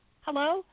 Hello